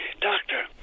doctor